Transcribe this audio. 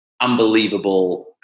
unbelievable